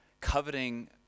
coveting